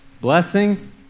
Blessing